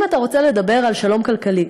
אם אתה רוצה לדבר על שלום כלכלי,